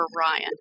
Ryan